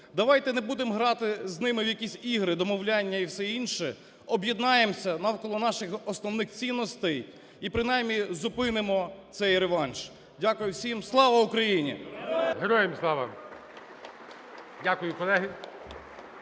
Давайте не будемо грати ними в якісь ігри домовляння і все інше, об'єднаємось навколо наших основних цінностей і принаймні зупинимо цей реванш. Дякую всім. Слава Україні! ГОЛОВУЮЧИЙ. Героям слава! Дякую. Колеги,